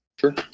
Sure